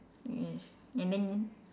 yes and then